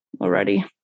already